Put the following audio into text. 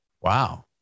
Wow